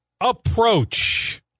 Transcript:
approach